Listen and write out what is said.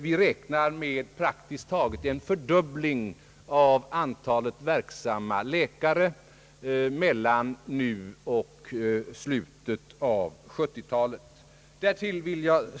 Vi räknar med praktiskt taget en fördubbling av antalet verksamma läkare mellan nu och slutet av 1970-talet.